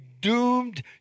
doomed